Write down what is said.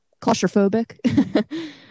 claustrophobic